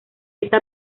esta